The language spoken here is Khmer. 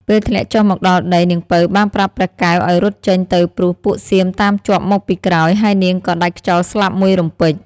ពេលធ្លាក់ចុះមកដល់ដី នាងពៅបានប្រាប់ព្រះកែវឲ្យរត់ចេញទៅព្រោះពួកសៀមតាមជាប់មកពីក្រោយ ហើយនាងក៏ដាច់ខ្យល់ស្លាប់មួយរំពេច ។